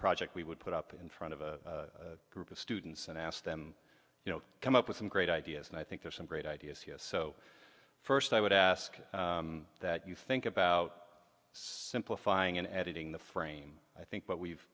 project we would put up in front of a group of students and ask them you know come up with some great ideas and i think there's some great ideas here so first i would ask that you think about simplifying in editing the frame i think